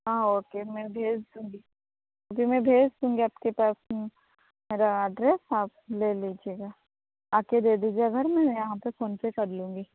हाँ ओके मैं भेज दूँगी अभी मैं भेज दूँगी आपके पास में मेरा अड्रेस आप ले लीजिएगा आ कर दे दीजिएगा घर पर मैं यहाँ से फोनपे कर लूँगी